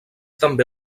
també